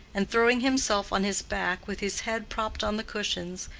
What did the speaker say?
and, throwing himself on his back with his head propped on the cushions,